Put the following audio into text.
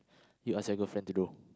you ask your girlfriend to do